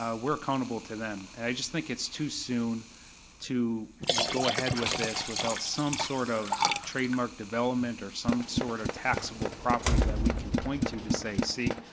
ah we're accountable to them. and i just think it's too soon to go ahead with this without some sort of trademark development or some sort of taxable property that we can point to to say, see,